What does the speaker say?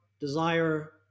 desire